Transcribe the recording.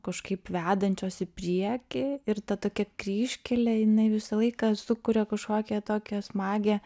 kažkaip vedančios į priekį ir ta tokia kryžkelė jinai visą laiką sukuria kažkokią tokią smagią